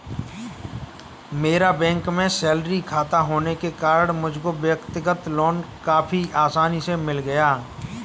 मेरा बैंक में सैलरी खाता होने के कारण मुझको व्यक्तिगत लोन काफी आसानी से मिल गया